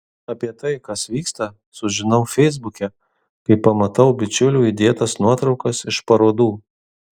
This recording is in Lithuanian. apie tai kas vyksta sužinau feisbuke kai pamatau bičiulių įdėtas nuotraukas iš parodų